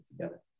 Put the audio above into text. together